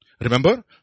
Remember